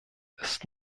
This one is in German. ist